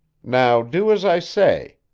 now do as i say.